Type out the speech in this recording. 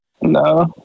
No